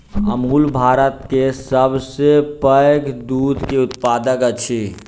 अमूल भारत के सभ सॅ पैघ दूध के उत्पादक अछि